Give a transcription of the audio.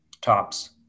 tops